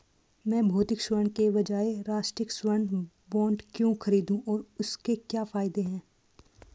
मैं भौतिक स्वर्ण के बजाय राष्ट्रिक स्वर्ण बॉन्ड क्यों खरीदूं और इसके क्या फायदे हैं?